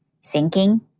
sinking